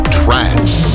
trance